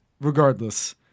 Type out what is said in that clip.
regardless